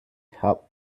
help